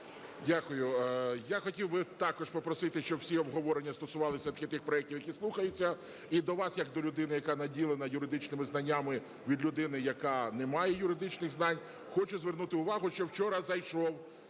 Дякую. Я хотів би також попросити, щоб всі обговорення стосувалися тільки тих проектів, які слухаються. І до вас, як до людини, яка наділена юридичними знаннями, від людини, яка не має юридичних знань, хочу звернути увагу, що вчора зайшов